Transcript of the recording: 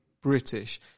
British